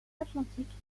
atlantique